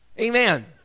amen